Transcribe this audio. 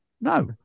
no